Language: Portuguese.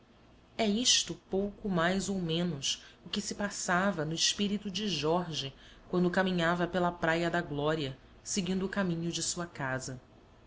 é isto pouco mais ou menos o que se passava no espírito de jorge quando caminhava pela praia da glória seguindo o caminho de sua casa